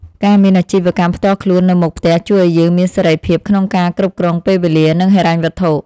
ការមានអាជីវកម្មផ្ទាល់ខ្លួននៅមុខផ្ទះជួយឱ្យយើងមានសេរីភាពក្នុងការគ្រប់គ្រងពេលវេលានិងហិរញ្ញវត្ថុ។